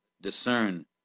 discern